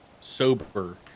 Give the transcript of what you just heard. sober